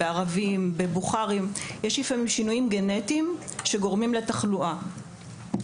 בערבים ובבוכרים יש לפעמים שינויים גנטיים שגורמים לתחלואה.